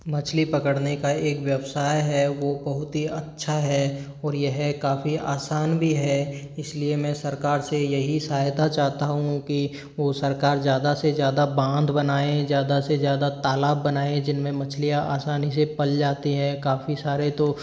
मछली पकड़ने का एक व्यवसाय है वो बहुत ही अच्छा है और यह काफ़ी आसान भी है इसलिए मैं सरकार से यही सहायता चाहता हूँ कि वो सरकार ज़्यादा से ज़्यादा बांध बनाए ज़्यादा से ज़्यादा तालाब बनाए जिनमें मछलियाँ आसानी से पल जाती हैं काफ़ी सारे तो